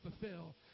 fulfill